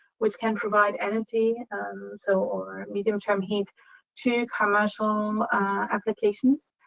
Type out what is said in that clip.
which can provide energy so or medium-term heat to commercial um applications.